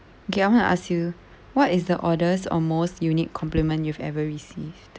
okay I'm gonna ask you what is the oddest or most unique compliment you've ever received